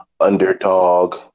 underdog